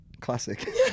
Classic